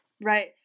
right